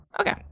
Okay